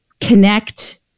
connect